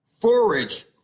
forage